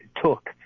took